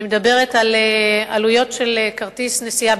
אני מדברת על עלויות של כרטיס נסיעה